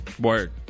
Work